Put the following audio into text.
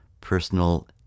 personal